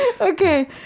Okay